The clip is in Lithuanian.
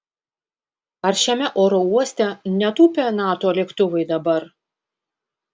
ar šiame oro uoste netūpia nato lėktuvai dabar